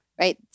right